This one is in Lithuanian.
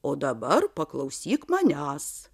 o dabar paklausyk manęs